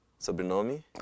Sobrenome